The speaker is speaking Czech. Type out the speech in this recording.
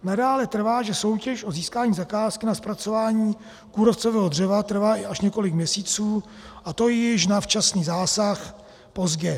Nadále trvá, že soutěž o získání zakázky na zpracování kůrovcového dřeva trvá i až několik měsíců, a to je již na včasný zásah pozdě.